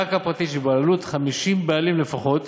קרקע פרטית שבבעלות 50 בעלים לפחות.